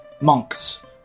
Monk's